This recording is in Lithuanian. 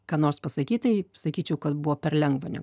ką nors pasakyt tai sakyčiau kad buvo per lengva